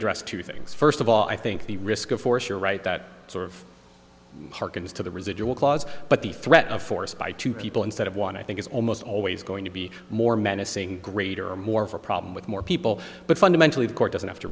address two things first of all i think the risk of force you're right that sort of harkens to the residual clause but the threat of force by two people instead of one i think is almost always going to be more menacing greater or more of a problem with more people but fundamentally the court doesn't have to